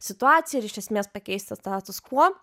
situaciją ir iš esmės pakeisti status kuo